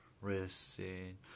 Racing